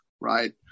right